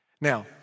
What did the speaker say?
Now